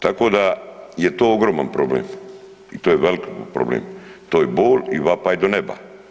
Tako da je to ogroman problem i to je veliki problem, to je bol i vapaj do neba.